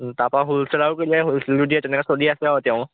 তাপা হ'লচেলাৰ কৰিলে হ'লচেলো দিয়ে তেনেকৈ চলি আছে আৰু তেওঁ